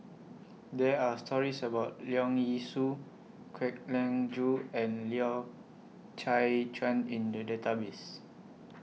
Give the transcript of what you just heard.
There Are stories about Leong Yee Soo Kwek Leng Joo and Loy Chye Chuan in The Database